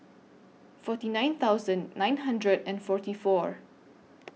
forty nine thousand nine hundred and forty four